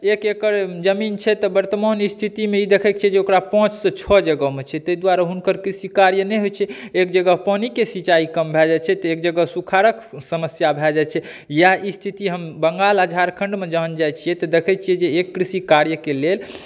एक एकड़ जमींन छै तऽ वर्तमान स्थितिमे ई देखै छी जे ओकरा पाँच से छओ जगहमे छै ताहि दुआरे हुनकर कृषी कार्य नहि होइ छै एक जगह पानिके सिचाई कम भए जाइ छै तऽ एक जगह सूखाड़क समस्या भए जाइ छै इएह स्थिति हम बंगाल आ झारखण्डोमे जहन जाइ छियै तऽ देखै छियै ई कृषी कार्यकेँ लेल